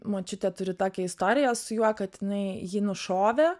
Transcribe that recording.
močiutė turi tokią istoriją su juo kad jinai jį nušovė